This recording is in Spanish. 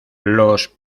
los